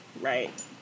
right